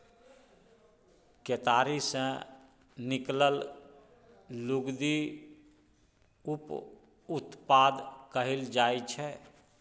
केतारी सँ निकलल लुगदी उप उत्पाद कहल जाइ छै